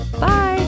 Bye